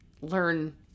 learn